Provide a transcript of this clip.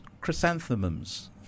chrysanthemums